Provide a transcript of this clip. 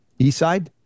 Eastside